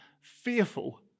fearful